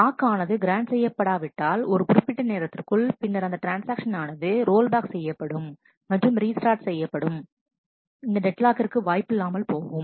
lock ஆனது grant செய்யப்படாவிட்டால் ஒரு குறிப்பிட்ட நேரத்திற்குள் பின்னர் அந்த ட்ரான்ஸ்ஆக்ஷன் ஆனது ரோல் பேக் செய்யப்படும் மற்றும் ரீஸ்டார்ட் செய்யப்படும் இந்தக் டெட்லாக்கிற்கு வாய்ப்பில்லாமல் போகும்